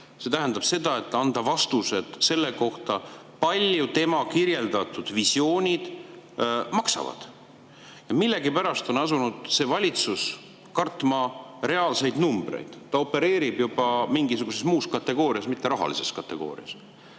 see tähendab seda, et [tal tulnuks] anda vastused selle kohta, kui palju tema kirjeldatud visioonid maksavad. Millegipärast on see valitsus asunud kartma reaalseid numbreid, ta opereerib juba mingisuguses muus kategoorias, mitte rahalises kategoorias.